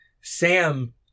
Sam